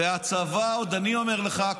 אני אומר לך,